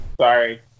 Sorry